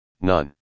none